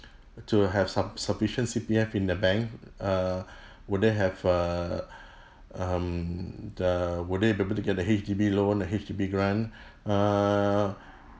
to have suff~ sufficient C_P_F in the bank err would they have err um the would they be able to get the H_D_B loan a H_D_B grant err